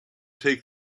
take